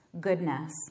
goodness